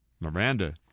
Miranda